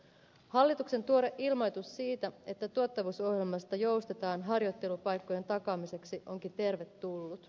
hallituksen tuore ilmoitus siitä että tuottavuusohjelmasta joustetaan harjoittelupaikkojen takaamiseksi onkin tervetullut